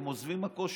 הם עוזבים הכול,